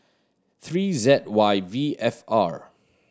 three Z Y V F R